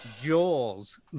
Jaws